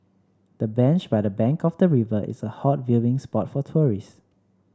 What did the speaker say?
the bench by the bank of the river is a hot viewing spot for tourists